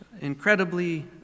incredibly